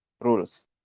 rules